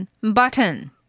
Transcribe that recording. button